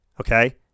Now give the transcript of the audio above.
Okay